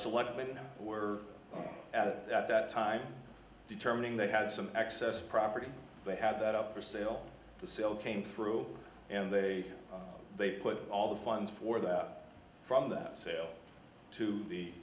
so what we're at at that time determining they had some excess property they had that up for sale the sale came through and they they put all the funds for that from that sale to the